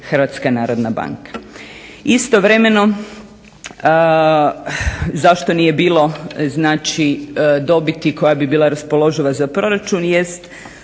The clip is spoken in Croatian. a kojima upravlja HNB. Istovremeno zašto nije bilo znači dobiti koja bi bila raspoloživa za proračun jest